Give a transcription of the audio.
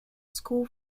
school